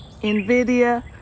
NVIDIA